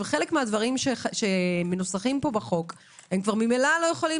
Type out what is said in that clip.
חלק מהדברים שמנוסחים פה בחוק ממילא לא יכולים